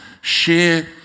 share